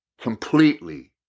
completely